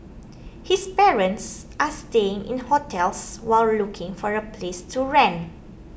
his parents are staying in hotels while looking for a place to rent